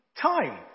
time